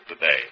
today